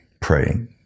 praying